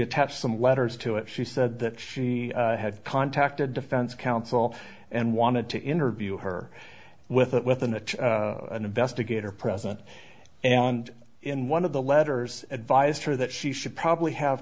attached some letters to it she said that she had contacted defense counsel and wanted to interview her with it with an investigator present and in one of the letters advised her that she should probably have